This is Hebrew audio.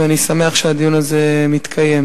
ואני שמח שהדיון הזה מתקיים.